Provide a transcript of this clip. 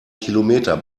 kilometer